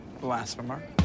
Blasphemer